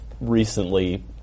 recently